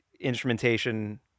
instrumentation